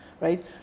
right